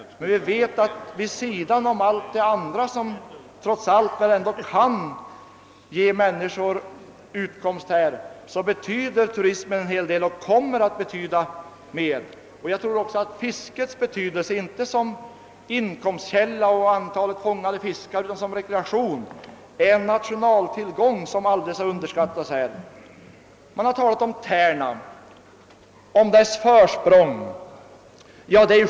Men vi vet, att vid sidan av andra utkomstmöjligheter betyder ändå turistnäringen en hel del och kommer att betyda ännu mer i framtiden. Jag tror också att fisket — inte som inkomstkälla utan som rekreation — är en tillgång som inte skall underskattas i detta sammanhang. Det har talats om Tärna och dess försprång.